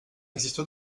existent